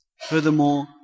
Furthermore